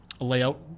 layout